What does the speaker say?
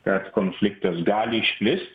kad konfliktas gali išplist